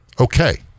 okay